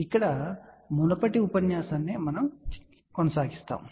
ఇక్కడ మునుపటి ఉపన్యాసం ను కొనసాగిస్తాము